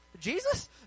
Jesus